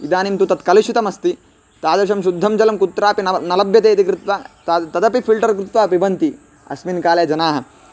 इदानीं तु तत् कलुषितमस्ति तादृशं शुद्धं जलं कुत्रापि नव न लभ्यते इति कृत्वा ताद् तदपि फ़िल्टर् कृत्वा पिबन्ति अस्मिन् काले जनाः